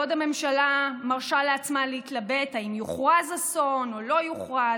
בעוד הממשלה מרשה לעצמה להתלבט אם יוכרז אסון או לא יוכרז,